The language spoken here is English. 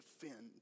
defend